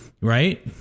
right